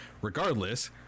Regardless